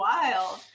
Wild